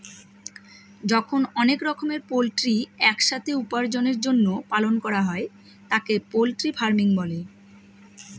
যখন অনেক রকমের পোল্ট্রি এক সাথে উপার্জনের জন্য পালন করা হয় তাকে পোল্ট্রি ফার্মিং বলে